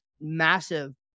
massive